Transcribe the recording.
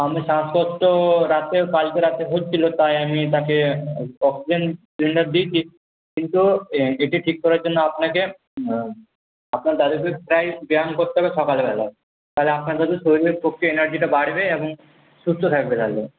শ্বাসকষ্ট রাতে কালকে রাত্রে হচ্ছিলো তাই আমি তাকে অক্সিজেন সিলিন্ডার দিয়েছি কিন্তু বিপি ঠিক করার জন্য আপনাকে আপনার দাদুকে প্রায় ব্যায়াম করতে হবে সকালবেলা তাহলে শরীরের শক্তি এনার্জিটা বাড়বে এবং সুস্থ থাকবে তাহলে